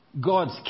God's